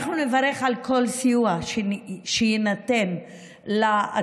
אנחנו נברך על כל סיוע שיינתן לעצמאים.